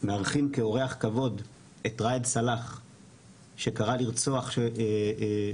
מארחים כאורח כבוד את רעד סלאח שקרא לרצוח שוטרים,